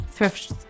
thrift